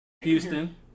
Houston